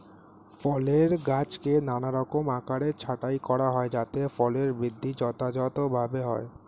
ফলের গাছকে নানারকম আকারে ছাঁটাই করা হয় যাতে ফলের বৃদ্ধি যথাযথভাবে হয়